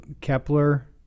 Kepler